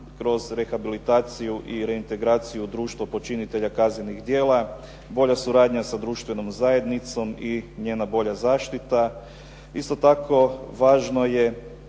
kroz rehabilitaciju i reintegraciju u društvu počinitelja kaznenih djela, bolja suradnja sa društvenom zajednicom i njena bolja zaštita. Isto tako važno je